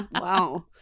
Wow